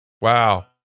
Wow